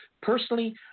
Personally